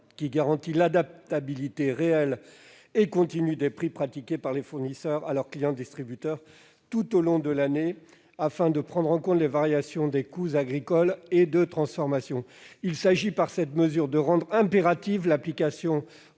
qui garantisse l'adaptabilité réelle et continue des prix pratiqués par les fournisseurs à leurs clients-distributeurs, tout au long de l'année, afin de prendre en compte les variations des coûts agricoles et de transformation. Il s'agit de rendre impérative l'application